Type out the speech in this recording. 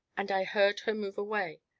and i heard her move away.